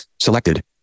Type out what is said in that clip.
selected